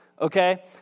okay